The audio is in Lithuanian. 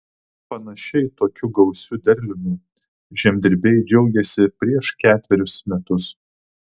panašiai tokiu gausiu derliumi žemdirbiai džiaugėsi prieš ketverius metus